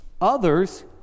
Others